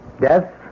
Death